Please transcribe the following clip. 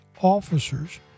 officers